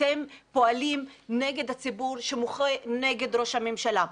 אתם פועלים נגד הציבור שמוחה נגד ראש הממשלה.